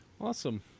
Awesome